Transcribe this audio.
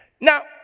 Now